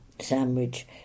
Sandwich